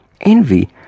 Envy